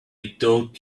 thought